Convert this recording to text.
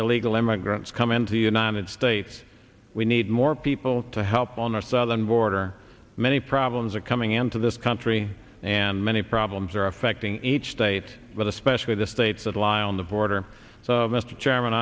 illegal immigrants come into the united states we need more people to help on our southern border many problems are coming into this country and many problems are affecting each state but especially the states that lie on the border so mr